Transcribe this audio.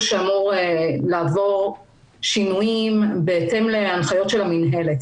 שאמור לעבור שינויים בהתאם להנחיות המינהלת.